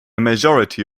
majority